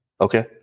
Okay